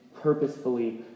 purposefully